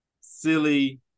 silly